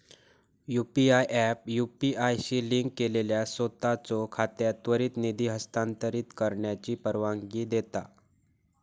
UPI app UPI शी link केलेल्या सोताचो खात्यात त्वरित निधी हस्तांतरित करण्याची परवानगी देता